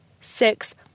six